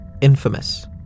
infamous